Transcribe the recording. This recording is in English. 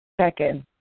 second